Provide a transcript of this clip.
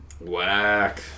Whack